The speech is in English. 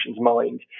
mind